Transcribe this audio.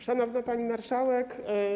Szanowna Pani Marszałek!